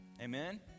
Amen